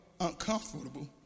uncomfortable